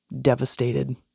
devastated